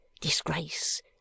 Disgrace